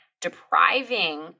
depriving